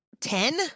Ten